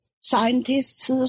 scientists